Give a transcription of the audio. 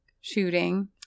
shooting